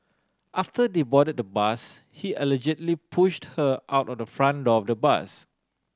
after they boarded the bus he allegedly pushed her out of the front door of the bus